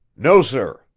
no, sir,